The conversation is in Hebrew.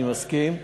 אני מסכים.